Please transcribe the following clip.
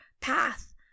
path